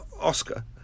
Oscar